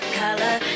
color